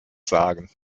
sagen